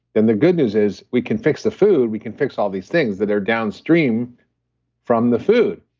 then the good news is we can fix the food. we can fix all these things that are downstream from the food,